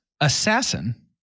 Assassin